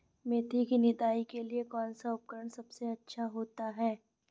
मेथी की निदाई के लिए कौन सा उपकरण सबसे अच्छा होता है?